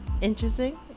Interesting